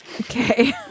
Okay